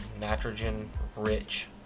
nitrogen-rich